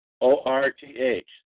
O-R-T-H